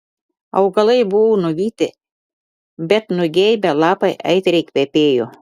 augalai buvo nuvytę bet nugeibę lapai aitriai kvepėjo